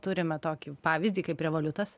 turime tokį pavyzdį kai prie valiutos